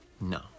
No